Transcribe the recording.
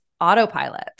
autopilot